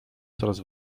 coraz